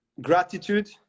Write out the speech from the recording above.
gratitude